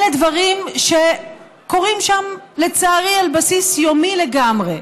אלה דברים שקורים שם, לצערי, על בסיס יומי לגמרי.